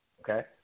Okay